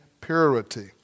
purity